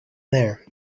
there